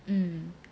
um